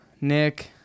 Nick